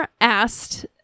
asked